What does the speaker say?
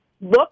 Look